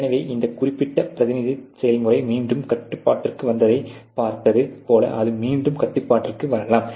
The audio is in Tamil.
எனவே இந்த குறிப்பிட்ட பிராந்தியத்தில் செயல்முறை மீண்டும் கட்டுப்பாட்டிற்கு வந்ததைப் பார்த்தது போல அது மீண்டும் கட்டுப்பாட்டிற்கு வரலாம்